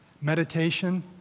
meditation